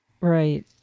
Right